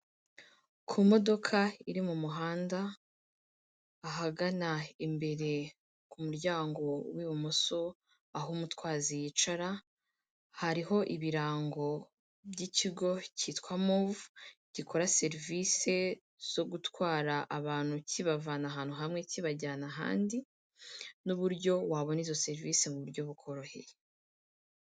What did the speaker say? Ku modoka iri mu muhanda, ahagana imbere ku muryango w'ibumoso aho umutwazi yicara, hariho ibirango by'ikigo kitwa Move, gikora serivisi zo gutwara abantu kibavana ahantu hamwe kibajyana ahandi, n'uburyo wabona izo serivisi mu buryo bukoroheye.